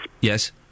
Yes